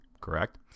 correct